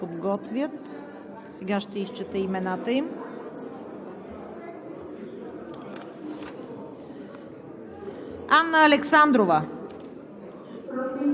Колегите, които са дистанционно, да се подготвят – сега ще изчета имената им: